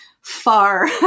far